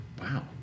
Wow